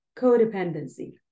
codependency